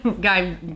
guy